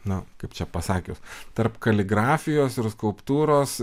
na kaip čia pasakius tarp kaligrafijos ir skulptūros